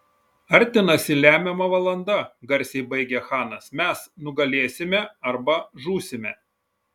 artinasi lemiama valanda garsiai baigė chanas mes nugalėsime arba žūsime